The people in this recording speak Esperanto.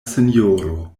sinjoro